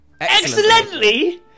Excellently